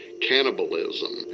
cannibalism